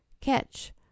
catch